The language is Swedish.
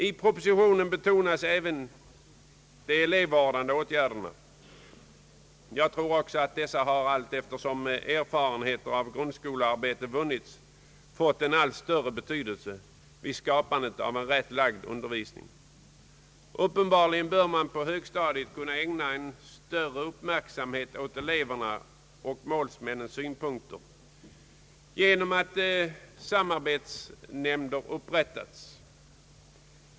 I propositionen betonas även de elevvårdande åtgärderna. Jag tror också att dessa har, allteftersom erfarenhet av grundskolans arbete vunnits, fått en allt större betydelse vid skapandet av en rätt lagd undervisning. Uppenbarligen bör man på högstadiet kunna ägna en större uppmärksamhet åt elevernas och målsmännens synpunkter genom att samarbetsnämnder upprättas.